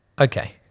okay